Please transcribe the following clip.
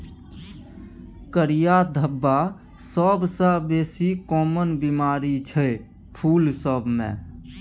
करिया धब्बा सबसँ बेसी काँमन बेमारी छै फुल सब मे